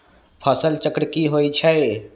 फसल चक्र की होई छै?